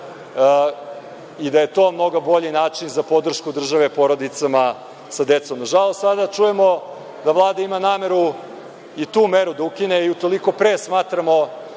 i da je to mnogo bolji način za podršku države porodicama sa decom. Nažalost, sada čujemo da Vlada ima nameru i tu meru da ukine i toliko pre smatramo